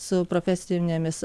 su profesinėmis